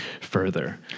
further